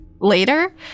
Later